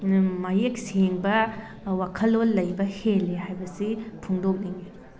ꯃꯌꯦꯛ ꯁꯦꯡꯕ ꯋꯥꯈꯜꯂꯣꯟ ꯂꯩꯕ ꯍꯦꯜꯂꯤ ꯍꯥꯏꯕꯁꯤ ꯐꯣꯡꯗꯣꯛꯅꯤꯡꯉꯤ